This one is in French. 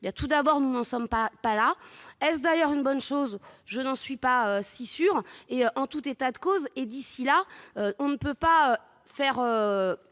Tout d'abord, nous n'en sommes pas là. Est-ce d'ailleurs une bonne chose ? Je n'en suis pas si sûre. En tout état de cause, d'ici là, on ne peut pas exiger